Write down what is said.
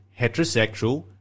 heterosexual